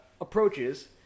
approaches